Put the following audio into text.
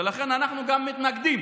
ולכן אנחנו גם מתנגדים